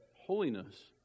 holiness